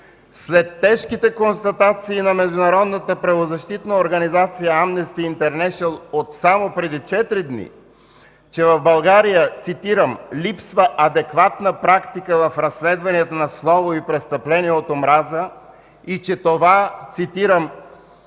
След тежките констатации на международната правозащитна организация „Амнести интернешънъл” от само преди четири дни, че в България, цитирам: „липсва адекватна практика в разследванията на слово и престъпление от омраза” и, че това, цитирам: